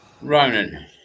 Ronan